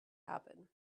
happen